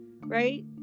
Right